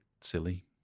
silly